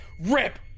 rip